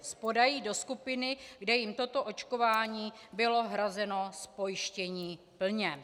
Spadají do skupiny, kde jim toto očkování bylo hrazeno z pojištění plně.